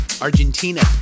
Argentina